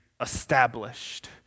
established